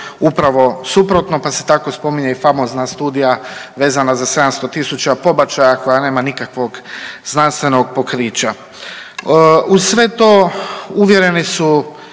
upravo suprotno, pa se tako spominje i famozna studija vezana za 700 tisuća pobačaja koja nema nikakvog znanstvenog pokrića. Uz sve to uvjereni su